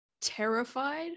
terrified